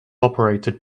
operated